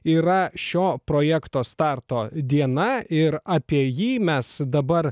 yra šio projekto starto diena ir apie jį mes dabar